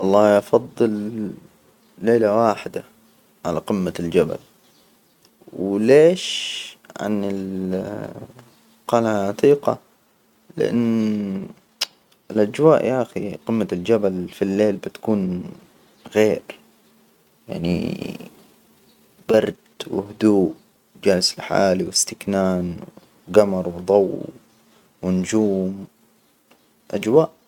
والله أفضل ليلة واحدة على قمة الجبل، وليش؟ عن ال القلعة العتيقة، لأن الأجواء يا أخي قمة الجبل في الليل بتكون غير. يعني برد وهدوء جالس لحالي واستكنان وجمر وضو ونجوم. أجواء.